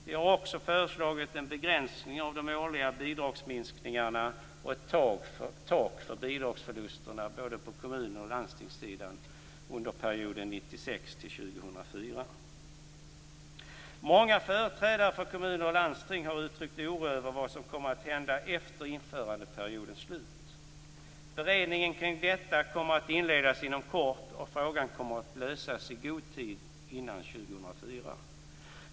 Vi har också föreslagit en begränsning av de årliga bidragsminskningarna och ett tak för bidragsförlusterna på både kommunoch landstingssidan under perioden 1996-2004. Många företrädare för kommuner och landsting har uttryckt oro över vad som kommer att hända efter införandeperiodens slut. Beredningen kring detta kommer att inledas inom kort, och frågan kommer att lösas i god tid före 2004.